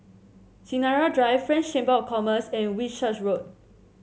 Sinaran Drive French Chamber of Commerce and Whitchurch Road